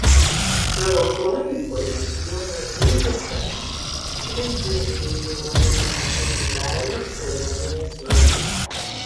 savo kronikoje jonas dlugošas klaidingai jį nurodė buvus švitrigailos kariuomenės vadu